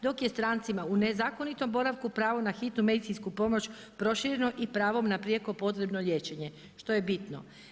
Dok je strancima u nezakonitom boravku pravo na hitnu medicinsku pomoć prošireno i pravom na prijeko potrebno liječenje što je bitno.